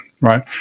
right